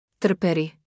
Trperi